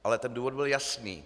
Ale ten důvod byl jasný.